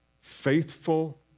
faithful